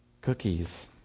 Cookies